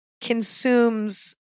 consumes